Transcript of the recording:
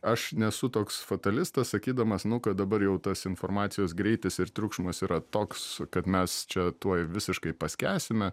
aš nesu toks fatalistas sakydamas nu kad dabar jau tas informacijos greitis ir triukšmas yra toks kad mes čia tuoj visiškai paskęsime